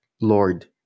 Lord